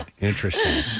interesting